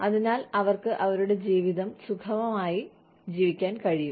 അതിനാൽ അവർക്ക് അവരുടെ ജീവിതം സുഖമായി ജീവിക്കാൻ കഴിയും